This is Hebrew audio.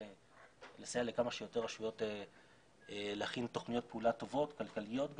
לסייע לכמה שיותר רשויות להכין תוכניות פעולה טובות,